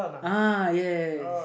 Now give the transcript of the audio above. uh yes